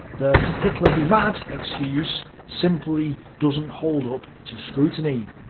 the hitler be mad excuse simply doesn't hold up to scrutiny.